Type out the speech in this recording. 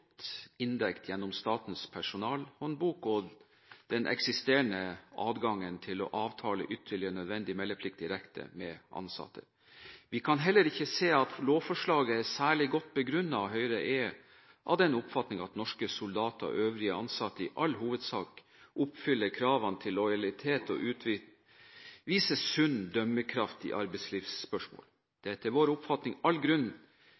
dekket gjennom Statens personalhåndbok og den eksisterende adgangen til å avtale ytterligere nødvendig meldeplikt direkte med ansatte. Vi kan heller ikke se at lovforslaget er særlig godt begrunnet. Høyre er av den oppfatning at norske soldater og øvrige ansatte i all hovedsak oppfyller kravene til lojalitet og utviser sunn dømmekraft i arbeidslivsspørsmål. Det er etter vår oppfatning all grunn